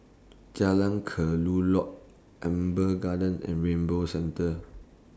Jalan Kelulut Amber Gardens and Rainbow Centre